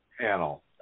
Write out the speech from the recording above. panel